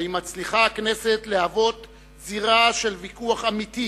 האם מצליחה הכנסת להוות זירה של ויכוח אמיתי,